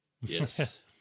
Yes